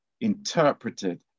interpreted